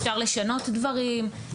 אפשר לשנות דברים,